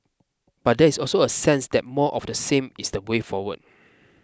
but there is also a sense that more of the same is the way forward